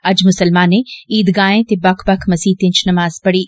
अज्ज मुसलमानें ईदगाहें ते बक्ख बक्ख मसीतें च नमाज़ पढ़ी